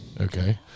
Okay